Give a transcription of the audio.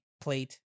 plate